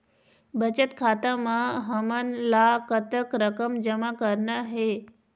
बचत खाता म हमन ला कतक रकम जमा करना हे?